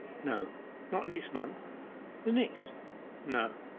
no not next month the next no.